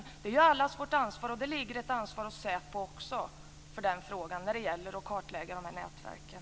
Det är allas vårt ansvar. Det ligger också ett ansvar hos SÄPO att kartlägga nätverken.